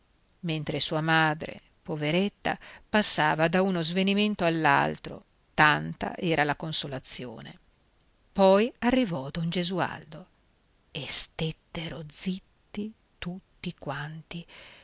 mentre sua madre poveretta passava da uno svenimento all'altro tanta era la consolazione poi arrivò don gesualdo e stettero zitti tutti quanti